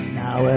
now